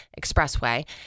Expressway